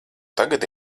tagad